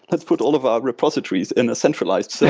let's put all of our repositories in a centralized so